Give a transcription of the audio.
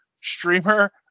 streamer